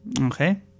Okay